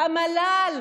המל"ל,